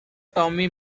tommy